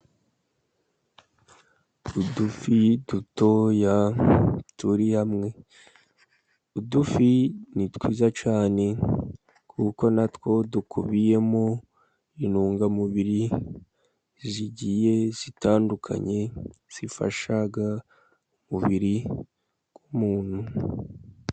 Udufi dutoya turi hamwe. Udufi ni twiza cyane kuko na two dukubiyemo intungamubiri zigiye zitandukanye zifasha umubiri w'umuntu.